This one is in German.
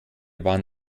waren